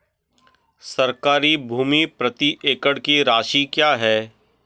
सरकारी भूमि प्रति एकड़ की राशि क्या है?